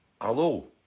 Hello